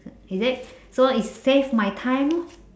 is it so it save my time lor